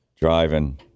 driving